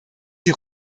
sie